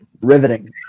Riveting